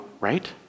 right